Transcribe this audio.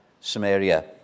Samaria